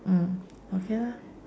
mm okay lah